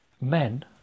men